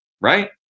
right